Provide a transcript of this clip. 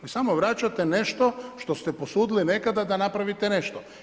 Vi samo vraćate nešto što ste posudili nekada da napravite nešto.